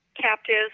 captives